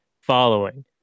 following